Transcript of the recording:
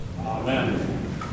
Amen